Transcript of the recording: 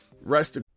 rest